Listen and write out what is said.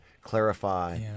clarify